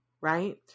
Right